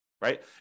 right